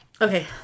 okay